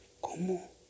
¿Cómo